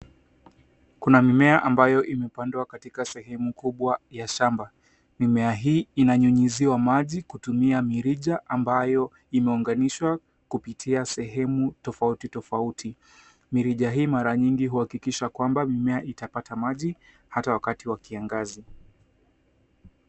Kuna mimea ambayo imepandwa katika sehemu kubwa ya shamba. Mimea hii inanyunyiziwa maji kutumia mirija ambayo imeuganishwa kupitia sehemu tofauti tofauti. Mirija hii mara nyingi huakikisha mimea itapata maji ata wakati wa kiangazi.